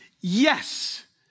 Yes